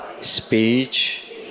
speech